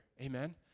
Amen